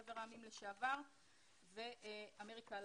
חבר העמים לשעבר ואמריקה הלטינית.